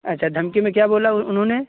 अच्छा धमकी में क्या बोला उन्होंने